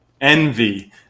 envy